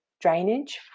drainage